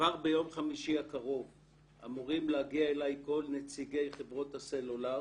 כבר ביום חמישי הקרוב אמורים להגיע אלי כל נציגי חברות הסלולר